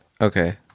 Okay